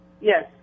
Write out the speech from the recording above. Yes